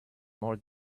more